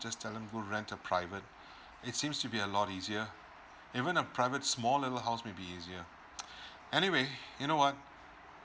just tell them go rent a private it seems to be a lot easier even a private small little house maybe easier anyway you know what